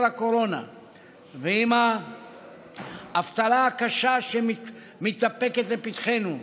הקורונה ועם האבטלה הקשה שמתדפקת על פתחינו,